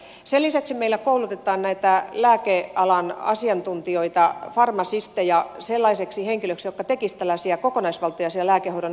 sen lisäksi meillä koulutetaan lääkealan asiantuntijoita farmasisteja sellaisiksi henkilöiksi jotka tekisivät tällaisia kokonaisvaltaisia lääkehoidon arviointeja